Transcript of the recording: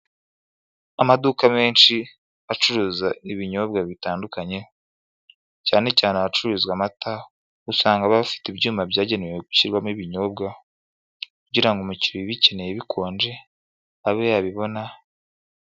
Amaduka menshi acuruza ibinyobwa bitandukanye, cyane cyane ahacururizwa amata, usanga bafite ibyuma byagenewe gushyirwamo ibinyobwa kugira ngo umukiriya ubikenye bikonje abe yabibona.